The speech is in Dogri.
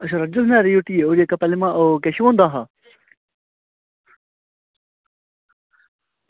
अच्छा अर्जुन सुनारै दिया हट्टिया ओह् जेह्ड़ा केशू होंदा हा